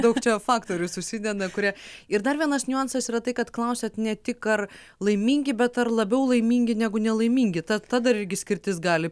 daug čia faktorių susideda kurie ir dar vienas niuansas yra tai kad klausėt ne tik ar laimingi bet ar labiau laimingi negu nelaimingi tad ta dar irgi skirtis gali